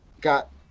got